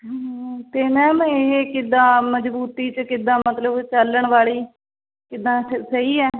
ਹਮ ਅਤੇ ਮੈਮ ਇਹ ਕਿੱਦਾਂ ਮਜ਼ਬੂਤੀ 'ਚ ਕਿੱਦਾਂ ਮਤਲਬ ਚੱਲਣ ਵਾਲੀ ਕਿੱਦਾਂ ਸ ਸਹੀ ਹੈ